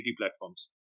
platforms